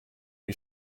you